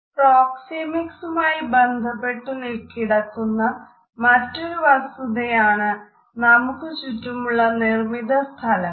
പ്രോക്സെമിക്സുമായി ബന്ധപ്പെട്ടു കിടക്കുന്ന മറ്റൊരു വസ്തുതയാണ് നമുക്കു ചുറ്റുമുള്ള നിർമ്മിത സ്ഥലങ്ങൾ